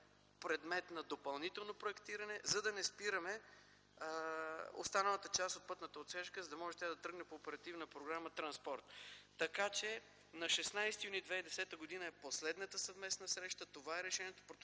предмет на допълнително проектиране, за да не спираме останалата част от пътната отсечка, за да може тя да тръгне по Оперативна програма „Транспорт”. На 16 юни 2010 г. е последната съвместна среща. Това е решението